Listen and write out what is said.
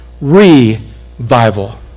revival